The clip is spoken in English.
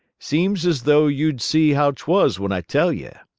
seems as though you'd see how t was when i tell ye.